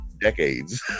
decades